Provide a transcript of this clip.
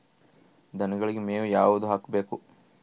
ದನಗಳಿಗೆ ಮೇವು ಯಾವುದು ಹಾಕ್ಬೇಕು?